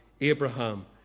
Abraham